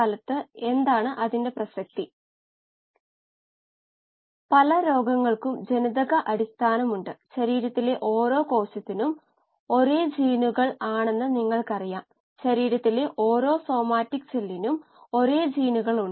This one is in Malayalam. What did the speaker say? കഴിഞ്ഞ പ്രസംഗത്തിൽ നമ്മൾ ഒരു പ്രശ്നം തന്നിരിന്നു